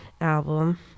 album